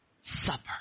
supper